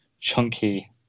chunky